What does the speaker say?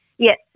Yes